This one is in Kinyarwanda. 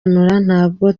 ntabwo